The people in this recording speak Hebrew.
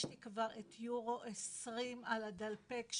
יש לי כבר את יורו 2020 על הדלפק,